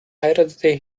heiratete